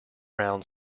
round